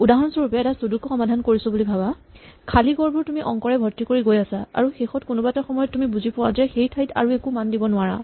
উদাহৰণস্বৰুপে এটা ছুদুকু সমাধান কৰিছো বুলি ভাৱা খালী ঘৰবোৰ তুমি অংকৰে ভৰ্তি কৰি গৈ আছা আৰু কোনোবা এটা সময়ত তুমি বুজি পোৱা যে সেই ঠাইত আৰু একো মান দিব নোৱাৰা